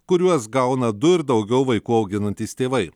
kuriuos gauna du ir daugiau vaikų auginantys tėvai